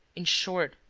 in short,